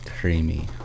Creamy